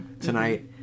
tonight